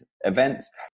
events